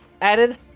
added